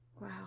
Wow